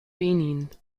benin